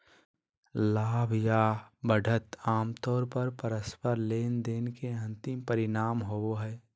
लाभ या बढ़त आमतौर पर परस्पर लेनदेन के अंतिम परिणाम होबो हय